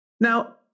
Now